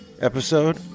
episode